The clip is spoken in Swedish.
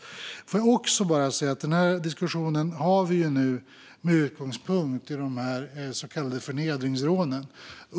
Jag vill också bara säga att vi nu har den här diskussionen med utgångspunkt i de så kallade förnedringsrånen.